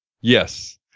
yes